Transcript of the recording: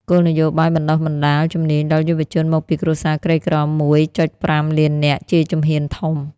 គោលនយោបាយបណ្ដុះបណ្ដាលជំនាញដល់យុវជនមកពីគ្រួសារក្រីក្រ ១,៥ លាននាក់ ជាជំហានធំ។